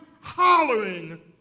hollering